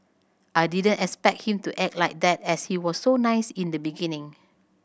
I didn't expect him to act like that as he was so nice in the beginning